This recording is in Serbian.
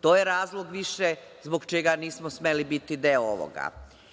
To je razlog više zbog čega nismo smeli biti deo ovoga.